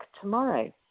tomorrow